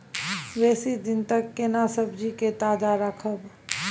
बेसी दिन तक केना सब्जी के ताजा रखब?